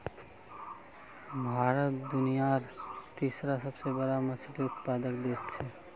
भारत दुनियार तीसरा सबसे बड़ा मछली उत्पादक देश छे